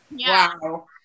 Wow